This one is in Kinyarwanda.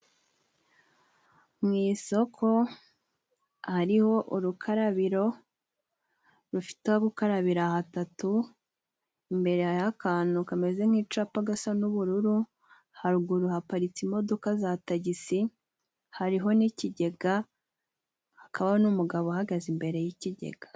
Mu isoko hariho urukarabiro rufite aho gukarabira hatatu, imbere hariho akantu kameze nk'icapa gasa n'ubururu haruguru haparitse imodoka za tagisi hariho n'ikigega ,hakabaho n'umugabo uhagaze imbere y'ikigega.